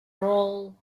role